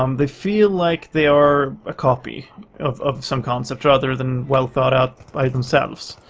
um they feel like they are a copy of of some concept rather than well thought out by themselves.